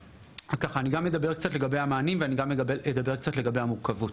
אני גם אדבר קצת לגבי המענים וגם אדבר לגבי המורכבות.